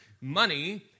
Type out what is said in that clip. Money